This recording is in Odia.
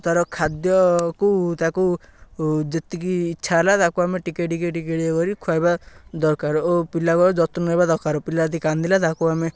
ତା'ର ଖାଦ୍ୟକୁ ତାକୁ ଯେତିକି ଇଚ୍ଛା ହେଲା ତାକୁ ଆମେ ଟିକେ ଟିକେ ଟିକେ ଟିକେ କରି ଖୁଆଇବା ଦରକାର ଓ ପିଲାଙ୍କ ଯତ୍ନ ନେବା ଦରକାର ପିଲା ଯଦି କାନ୍ଧିଲା ତାକୁ ଆମେ